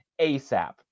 ASAP